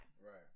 Right